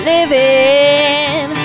Living